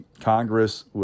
Congress